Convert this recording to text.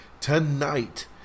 Tonight